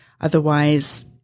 Otherwise